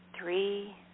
Three